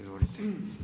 Izvolite.